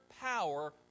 power